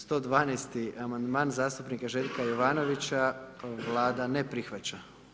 112-ti Amandman zastupnika Željka Jovanovića, Vlada ne prihvaća.